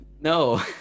No